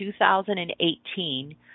2018